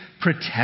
protect